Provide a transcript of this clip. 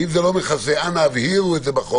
ואם זה לא מכסה, אנא הבהירו את זה בחוק.